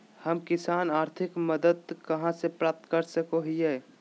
हम किसान आर्थिक मदत कहा से प्राप्त कर सको हियय?